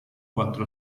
quattro